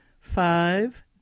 Five